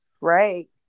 Right